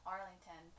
Arlington